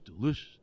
delicious